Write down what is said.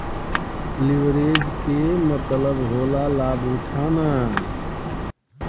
leverage के मतलब होला लाभ उठाना